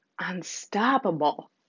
unstoppable